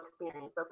experience